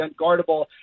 unguardable